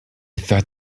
thought